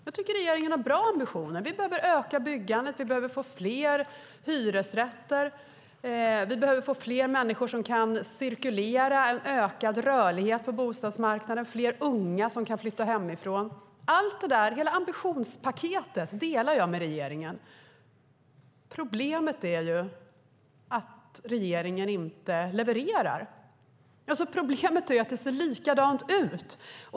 Jag tycker att regeringen har bra ambitioner. Vi behöver öka byggandet. Vi behöver få fler hyresrätter. Vi behöver få fler människor som kan cirkulera. Det handlar om en ökad rörlighet på bostadsmarknaden och om att fler unga kan flytta hemifrån. Hela det ambitionspaketet delar jag med regeringen. Problemet är att regeringen inte levererar. Problemet är att det ser likadant ut.